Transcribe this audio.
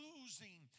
losing